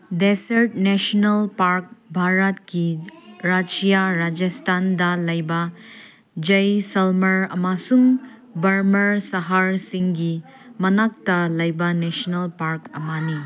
desert national park ꯚꯥꯔꯠꯀꯤ ꯔꯥꯏꯖ꯭ꯌꯥ ꯔꯥꯖꯁꯊꯥꯟꯗ ꯂꯩꯕ ꯖꯥꯏꯁꯜꯃꯔ ꯑꯃꯁꯨꯡ ꯕꯔꯃ꯭ꯔ ꯁꯍꯔꯁꯤꯡꯒꯤ ꯃꯅꯥꯛꯇ ꯂꯩꯕ ꯅꯦꯁꯅꯦꯜ ꯄꯥꯔꯛ ꯑꯃꯅꯤ